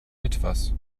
etwas